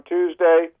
Tuesday